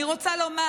אני רוצה לומר,